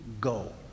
go